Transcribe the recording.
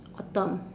autumn